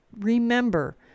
remember